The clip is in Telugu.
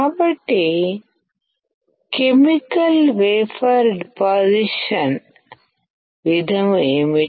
కాబట్టి కెమికల్ వేపర్ డిపాసిషన్ విధము ఏమిటి